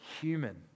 human